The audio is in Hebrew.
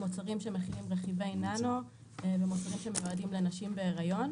מוצרים שמכילים רכיבי נאנו ומוצרים שמיועדים לנשים בהריון.